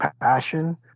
passion